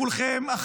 לכולכם,